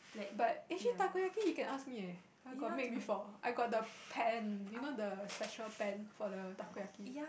but actually Takoyaki you can ask me eh I got make before I got the pan you know the special pan for the Takoyaki